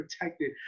protected